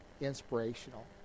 inspirational